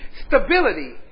stability